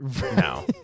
No